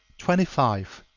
twenty five.